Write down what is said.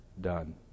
done